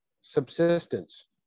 subsistence